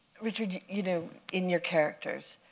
richard, you know in your characters,